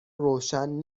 روشن